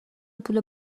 پول